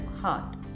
heart